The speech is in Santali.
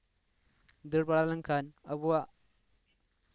ᱫᱟᱹᱲ ᱵᱟᱲᱟ ᱞᱮᱱᱠᱷᱟᱱ ᱟᱵᱚᱣᱟᱜ